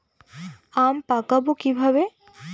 আম পাকাবো কিভাবে?